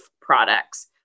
products